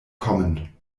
kommen